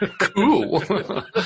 Cool